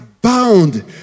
bound